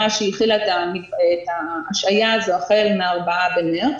שהיא החלה את ההשהיה הזאת החל מ-4 במרץ.